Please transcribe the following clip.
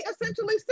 essentially